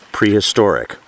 Prehistoric